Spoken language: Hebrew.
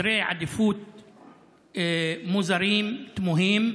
בסדרי עדיפויות מוזרים, תמוהים,